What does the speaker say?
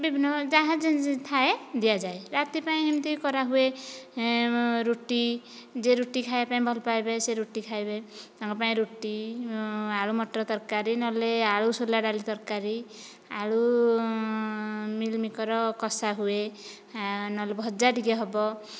ବିଭିନ୍ନ ଯାହା ଥାଏ ଦିଆଯାଏ ରାତି ପାଇଁ ଏମିତି କରାହୁଏ ହେଁ ରୁଟି ଯେ ରୁଟି ଖାଇବା ପାଇଁ ଭଲ ପାଇବେ ସେ ରୁଟି ଖାଇବେ ତାଙ୍କପାଇଁ ରୁଟି ଆଳୁ ମଟର ତରକାରୀ ନଲେ ଆଳୁ ସୋଲା ଡ଼ାଲି ତରକାରୀ ଆଳୁ ମିଲ୍ ମେକର କଷା ହୁଏ ନହେଲେ ଭଜା ଟିକେ ହେବ